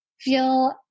feel